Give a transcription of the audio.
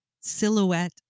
silhouette